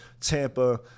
Tampa